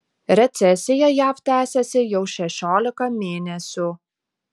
recesija jav tęsiasi jau šešiolika mėnesių